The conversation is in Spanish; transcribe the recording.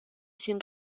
sin